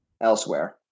elsewhere